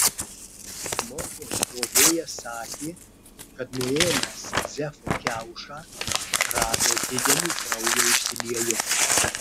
morgo skrodėjas sakė kad nuėmęs zefo kiaušą rado didelį kraujo išsiliejimą